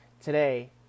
today